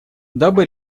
дабы